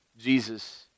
Jesus